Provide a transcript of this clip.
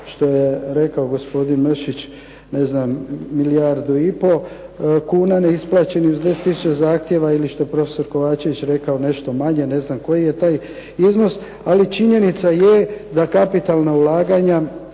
što je rekao gospodin Mršić ne znam milijardu i po kuna neisplaćenih uz 10 tisuća zahtjeva ili što je prof. Kovačević rekao nešto manje. Ne znam koji je taj iznos. Ali činjenica je da kapitalna ulaganja